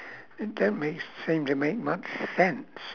it don't make seem to make much sense